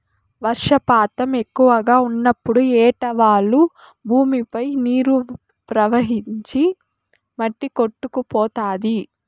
వర్షపాతం ఎక్కువగా ఉన్నప్పుడు ఏటవాలు భూమిపై నీరు ప్రవహించి మట్టి కొట్టుకుపోతాది